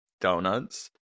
Donuts